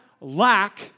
Lack